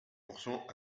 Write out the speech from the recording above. pourcent